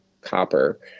Copper